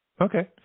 Okay